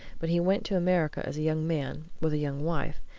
but he went to america as a young man, with a young wife,